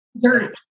Dirty